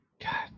God